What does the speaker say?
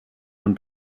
nun